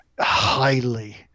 highly